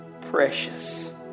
precious